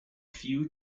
few